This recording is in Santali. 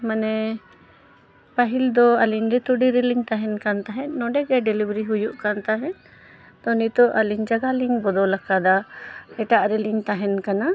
ᱢᱟᱱᱮ ᱯᱟᱹᱦᱤᱞ ᱫᱚ ᱟᱹᱞᱤᱧ ᱨᱤᱛᱩᱰᱤ ᱨᱮᱞᱤᱧ ᱛᱟᱦᱮᱱ ᱠᱟᱱ ᱛᱟᱦᱮᱸᱫ ᱱᱚᱰᱮ ᱜᱮ ᱰᱮᱞᱤᱵᱷᱟᱨᱤ ᱦᱩᱭᱩᱜ ᱠᱟᱱ ᱛᱟᱦᱮᱸᱜ ᱛᱚ ᱱᱤᱛᱚᱜ ᱟᱹᱞᱤᱧ ᱡᱟᱜᱟ ᱞᱤᱧ ᱵᱚᱫᱚᱞ ᱟᱠᱟᱫᱟ ᱮᱴᱟᱜ ᱨᱮᱞᱤᱧ ᱛᱟᱦᱮᱱ ᱠᱟᱱᱟ